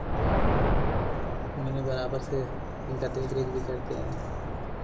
हम इन्हें बराबर से इनका देख रेख भी करते हैं